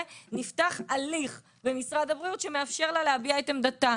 נפתח הליך במשרד הבריאות שמאפשר לה להביע את עמדתה.